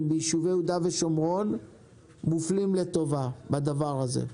ביישובי יהודה ושומרון מופלים לטובה בדבר הזה.